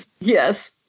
Yes